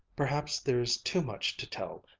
perhaps there's too much to tell,